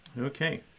Okay